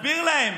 תסביר להם